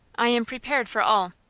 i am prepared for all.